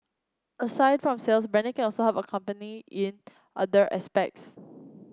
aside from sales branding can help a company in other aspects